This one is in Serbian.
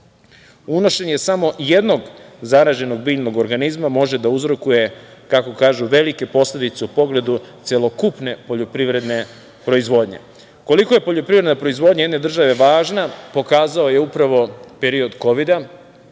Unošenje samo jednog zaraženog biljnog organizma može da uzrokuje, kako kažu, velike posledice u pogledu celokupne poljoprivredne proizvodnje. Koliko je poljoprivredna proizvodnja jedne države važna pokazao je upravo period kovida,